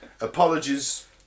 apologies